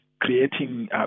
creating